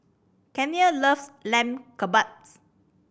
Kenia loves Lamb Kebabs